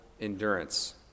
endurance